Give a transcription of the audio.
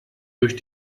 durch